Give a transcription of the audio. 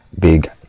big